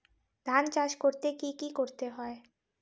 ধান চাষ করতে কি কি করতে হয়?